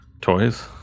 toys